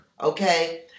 okay